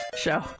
Show